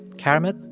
keramet,